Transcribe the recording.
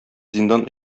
зиндан